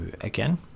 again